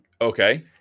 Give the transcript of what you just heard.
Okay